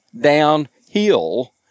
downhill